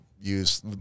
use